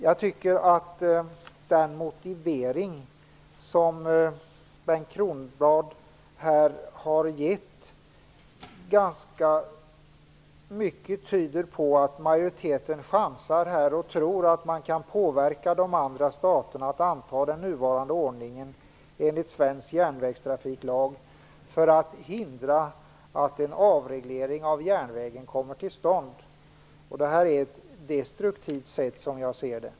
Jag tycker att den motivering som Bengt Kronblad här har angett ganska mycket tyder på att majoriteten chansar och tror att man kan påverka de andra staterna att anta den nuvarande ordningen enligt svensk järnvägstrafiklag för att hindra att en avreglering av järnvägen kommer till stånd. Det är ett destruktivt sätt, som jag ser det.